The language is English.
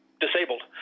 disabled